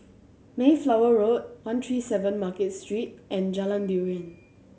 Mayflower Road one three seven Market Street and Jalan Durian